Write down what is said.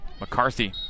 McCarthy